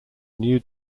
new